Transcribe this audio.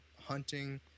hunting